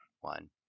one